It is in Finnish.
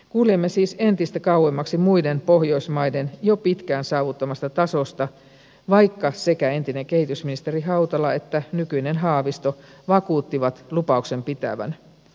kuljemme siis entistä kauemmaksi muiden pohjoismaiden jo pitkään saavuttamasta tasosta vaikka sekä entinen kehitysministeri hautala että nykyinen haavisto vakuuttivat lupauksen pitävän